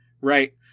right